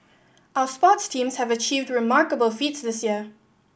our sports teams have achieved remarkable feats this year